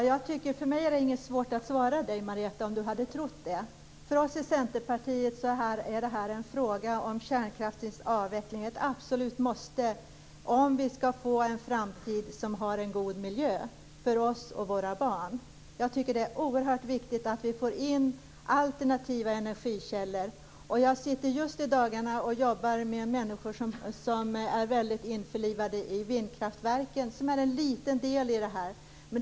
Herr talman! För mig är det inte svårt att svara, om Marietta de Pourbaix-Lundin nu hade trott det. För oss i Centerpartiet är kärnkraftens avveckling ett absolut måste om vi skall få en framtid med god miljö för oss och våra barn. Jag tycker att det är oerhört viktigt att vi får in alternativa ernergikällor. Jag sitter just i dagarna och arbetar med människor som är involverade i frågan om vindkraftverken, som är en liten del i det stora hela.